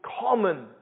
common